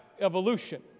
evolution